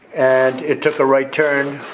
and it took a right turn.